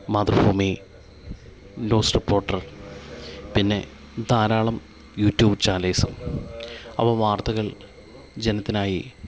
Mathrubhumi news reporter പിന്നെ ധാരാളം YouTube ചാനൽസും അവ വാർത്തകൾ ജനത്തിനായി